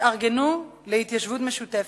שהתארגנו להתיישבות משותפת.